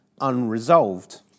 unresolved